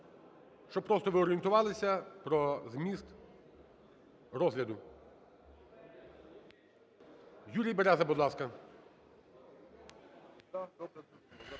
щоб просто ви орієнтувалися про зміст розгляду. Юрій Береза, будь ласка